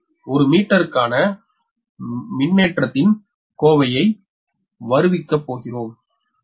எனவே ஒரு மீட்டருக்கான முன்னேற்றத்தின் கோவையை வருவிக்க போகிறோம்